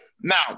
Now